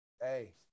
Hey